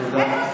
ואתם,